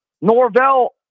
Norvell